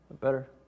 Better